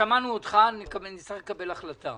שמענו אותך, נצטרך לקבל החלטה.